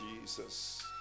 Jesus